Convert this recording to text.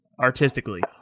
artistically